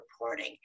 reporting